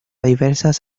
diversas